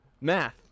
math